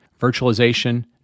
virtualization